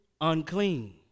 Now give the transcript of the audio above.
unclean